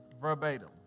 verbatim